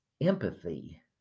empathy